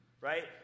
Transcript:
right